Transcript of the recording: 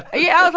yeah,